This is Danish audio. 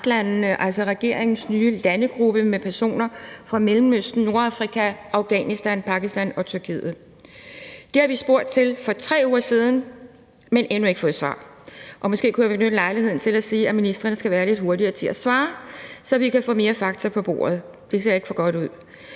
regeringens nye landegruppe med personer fra Mellemøsten, Nordafrika, Afghanistan, Pakistan og Tyrkiet? Det har vi spurgt til for 3 uger siden, men vi har endnu ikke fået svar. Måske kunne jeg benytte lejligheden til at sige, at ministrene skal være lidt hurtigere til at svare, så vi kan få mere fakta på bordet. Det ser ikke for godt ud.